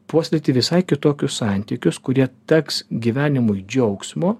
puoselėti visai kitokius santykius kurie teks gyvenimui džiaugsmo